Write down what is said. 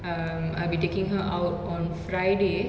um I'll be taking her out on friday